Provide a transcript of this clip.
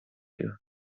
you